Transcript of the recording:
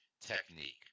technique